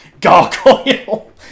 gargoyle